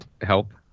help